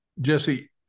Jesse